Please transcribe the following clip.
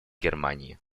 германии